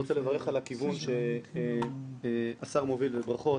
אני רוצה לברך על הכיוון שהשר מוביל וברכות.